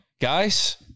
Guys